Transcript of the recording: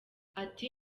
ati